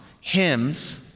hymns